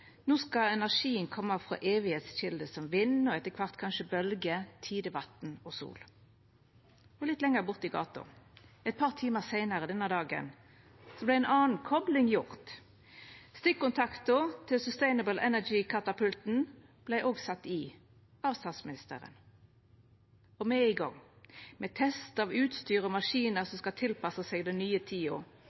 energien skal koma frå kjelder som vil vera der for alltid, som vind og etter kvart kanskje bølgjer, tidevatn og sol. Litt lenger borti gata, eit par timar seinare denne dagen, vart ei anna kopling gjord. Stikkontakten til Sustainable Energy-katapulten vart sett i av statsministeren. Me er i gong, med test av utstyr og maskiner som skal tilpassa seg den nye tida,